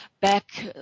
back